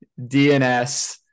dns